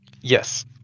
Yes